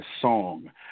song